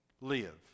live